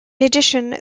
addition